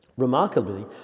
Remarkably